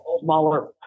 smaller